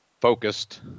focused